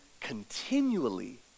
continually